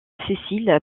cécile